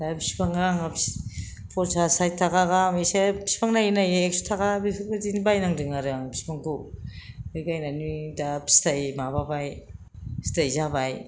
दा बिफाङा आंहा पन्सास साइथ थाखा गाहाम एसे बिफां नायै नायै एकस' थाखा बेफोरबायदिनि बायनांदों आरो आं बिफांखौ बे गायनानै दा फिथाइ माबाबाय फिथाइ जाबाय